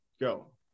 go